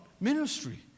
ministry